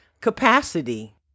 capacity